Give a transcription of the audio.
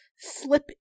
slip